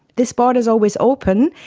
this border is always open,